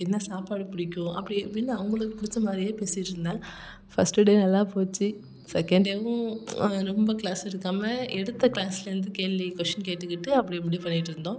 என்ன சாப்பாடு பிடிக்கும் அப்படி இப்படின்னு அவங்களுக்கு பிடிச்ச மாதிரியே பேசிகிட்ருந்தேன் ஃபர்ஸ்ட்டு டே நல்லா போச்சு செகண்ட் டேவும் ரொம்ப க்ளாஸ் எடுக்காமல் எடுத்த க்ளாஸ்லேருந்து கேள்வி கொஷ்டின் கேட்டுக்கிட்டு அப்படி இப்படி பண்ணிகிட்ருந்தோம்